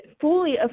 fully